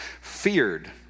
feared